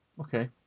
Okay